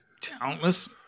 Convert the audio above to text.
talentless